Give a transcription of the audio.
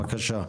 בבקשה.